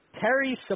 Terry